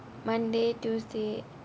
monday tuesday